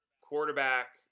quarterback